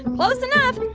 close enough.